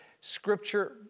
scripture